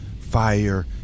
fire